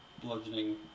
bludgeoning